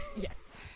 Yes